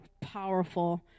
powerful